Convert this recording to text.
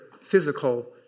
physical